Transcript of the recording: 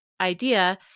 idea